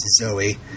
Zoe